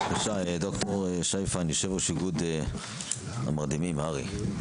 בבקשה, ד"ר שי פיין, איגוד המרדימים, הר"י.